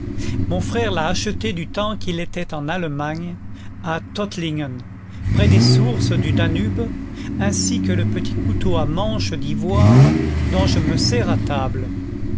mon frère l'a achetée du temps qu'il était en allemagne à tottlingen près des sources du danube ainsi que le petit couteau à manche d'ivoire dont je me sers à table